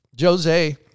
Jose